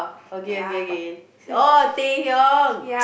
okay okay okay oh Taehyung